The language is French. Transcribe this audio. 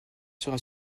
sera